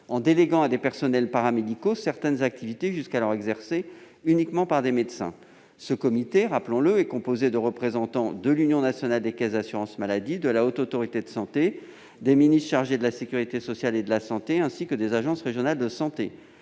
en déléguant à des personnels paramédicaux certaines activités jusqu'alors exercées uniquement par des médecins. Ce comité, rappelons-le, est composé de représentants de l'Union nationale des caisses d'assurance maladie, de la Haute Autorité de santé, des ministres chargés de la sécurité sociale et de la santé, ainsi que des agences régionales de santé.